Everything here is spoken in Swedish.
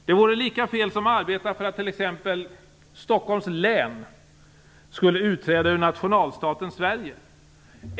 Det vore lika fel som att arbeta för att t.ex. Stockholms län skulle utträda ur nationalstaten Sverige.